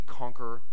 conquer